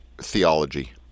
theology